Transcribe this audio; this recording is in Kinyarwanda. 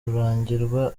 rurangirwa